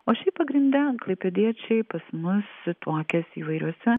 o šiaip pagrinde klaipėdiečiai pas mus tuokiasi įvairiose